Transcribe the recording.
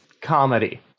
comedy